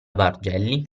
bargelli